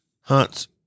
hunts